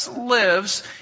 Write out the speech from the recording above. lives